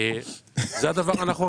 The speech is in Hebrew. זה נכון.